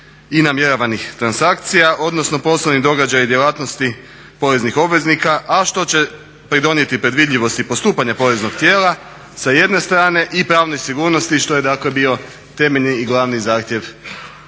i namjeravanih transakcija, odnosno poslovni događaji i djelatnosti poreznih obveznika, a što će pridonijeti predvidljivosti i postupanja poreznog tijela sa jedne strane i pravne sigurnosti što je dakle bio temeljni i glavni zahtjev